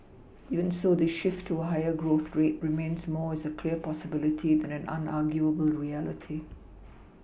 even so this shift to a higher growth rate remains more as a clear possibility than an unarguable reality